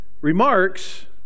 remarks